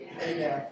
Amen